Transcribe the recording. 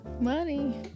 Money